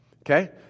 Okay